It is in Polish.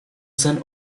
sen